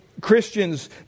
Christians